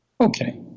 Okay